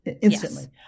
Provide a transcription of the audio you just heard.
Instantly